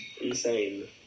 Insane